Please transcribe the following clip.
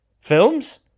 Films